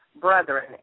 brethren